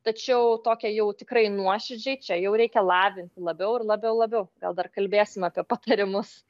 tačiau tokią jau tikrai nuoširdžiai čia jau reikia lavinti labiau ir labiau labiau gal dar kalbėsime apie patarimus